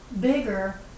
bigger